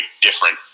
different